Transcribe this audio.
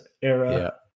era